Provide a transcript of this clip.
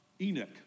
Enoch